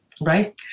Right